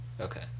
Okay